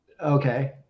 okay